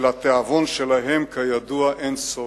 ולתיאבון שלהן כידוע אין שובעה.